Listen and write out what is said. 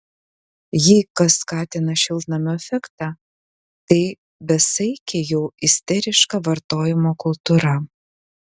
jei kas skatina šiltnamio efektą tai besaikė jau isteriška vartojimo kultūra